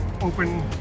open